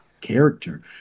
Character